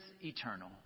eternal